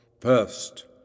first